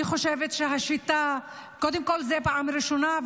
אני חושבת שזו פעם ראשונה,